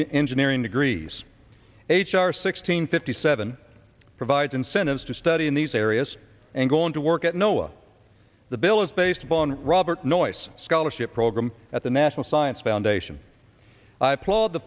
and engineering degrees h r sixteen fifty seven provides incentives to study in these areas and go on to work at no will the bill is based upon robert noyce scholarship program at the national science foundation i applaud the